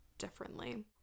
differently